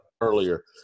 earlier